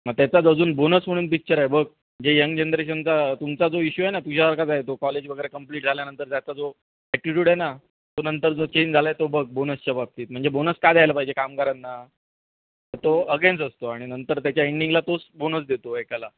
मग त्याचाच अजून बोनस म्हणून पिक्चर आहे बघ जे यंग जनरेशनचा तुमचा जो इश्यू आहे ना तुझ्यासारखाच आहे तो कॉलेज वगैरे कम्प्लिट झाल्यानंतर त्याचा जो ॲटिट्यूड आहे ना तो नंतर जो चेंज झाला आहे तो बघ बोनसच्या बाबतीत म्हणजे बोनस का द्यायला पाहिजे कामगारांना तो अगेन्स असतो आणि नंतर त्याच्या एंडिंगला तोच बोनस देतो एकाला